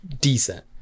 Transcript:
decent